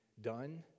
done